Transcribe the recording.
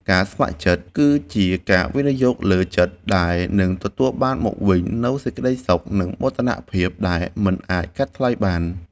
ការស្ម័គ្រចិត្តគឺជាការវិនិយោគលើចិត្ត ដែលនឹងទទួលបានមកវិញនូវសេចក្តីសុខ និងមោទនភាពដែលមិនអាចកាត់ថ្លៃបាន។